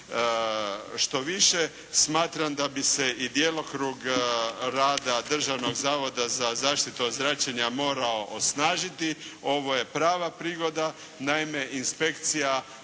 Štoviše, smatram da bi se i djelokrug rada Državnog zavoda za zaštitu od zračenja morao osnažiti. Ovo je prava prigoda. Naime, inspekcija